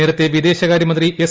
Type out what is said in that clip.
നേരത്തെ വിദേശകാര്യമന്ത്രി എസ്